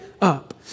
up